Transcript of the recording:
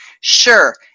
Sure